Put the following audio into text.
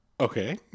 Okay